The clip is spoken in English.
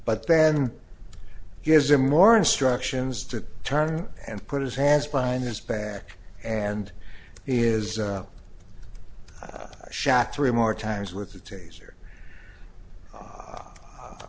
but then gives him more instructions to turn and put his hands behind his back and he is i shot three more times with the taser